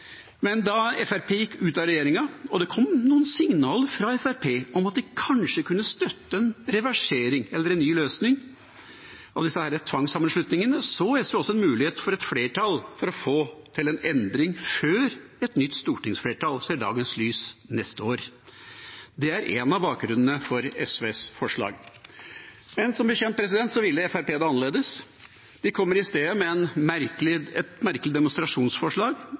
men da Fremskrittspartiet gikk ut av regjeringa og det kom noen signaler fra Fremskrittspartiet om at de kanskje kunne støtte en reversering eller en ny løsning av disse tvangssammenslutningene, så SV en mulighet for et flertall for å få til en endring før et nytt stortingsflertall ser dagens lys neste år. Det er en av bakgrunnene for SVs forslag. Men som kjent ville Fremskrittspartiet det annerledes. De kommer i stedet med et merkelig demonstrasjonsforslag